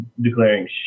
declaring